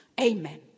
Amen